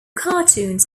cartoons